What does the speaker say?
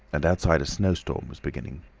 and outside a snowstorm was beginning.